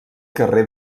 carrer